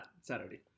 Saturday